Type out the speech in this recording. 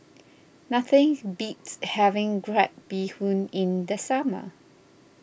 nothing beats having Crab Bee Hoon in the summer